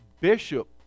bishop